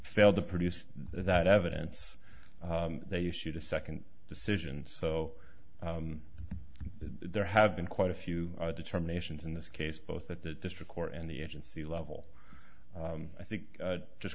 failed to produce that evidence they issued a second decision so there have been quite a few determinations in this case both at the district court and the agency level i think just